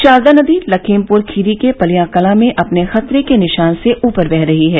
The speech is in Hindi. शारदा नदी लखीमपुर खीरी के पलियाकलां में अपने खतरे के निशान से ऊपर बह रही है